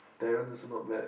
Daren also not bad